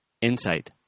insight